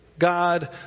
God